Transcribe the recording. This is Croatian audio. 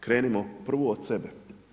Krenimo prvo od sebe.